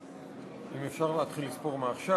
אם אפשר להתחיל לספור מעכשיו.